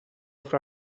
fra